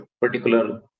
particular